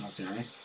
Okay